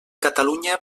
catalunya